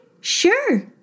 sure